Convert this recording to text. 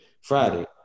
friday